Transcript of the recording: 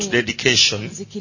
dedication